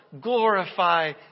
glorify